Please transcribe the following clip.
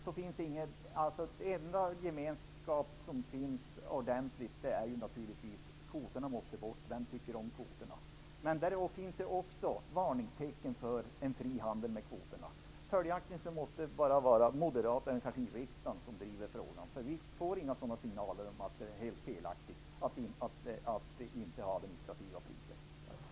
Det enda som återkommer överallt är att kvoterna måste bort. Vem tycker om kvoterna? Men det finns också varningstecken när det gäller en fri handel med kvoterna. Följaktligen måste det vara bara Moderaterna i riksdagen som driver frågan. Vi får nämligen inga signaler om att det är felaktigt med att inte ha administrativa priser.